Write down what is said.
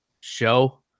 show